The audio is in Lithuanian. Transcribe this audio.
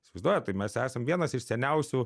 įsivaizduojat kaip mes esam vienas iš seniausių